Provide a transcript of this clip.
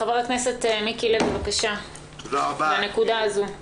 חבר הכנסת מיקי לוי, בבקשה, לנקודה הזו.